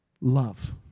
love